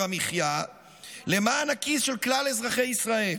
המחיה למען הכיס של כלל אזרחי ישראל.